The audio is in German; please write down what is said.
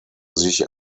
sich